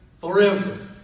forever